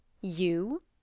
You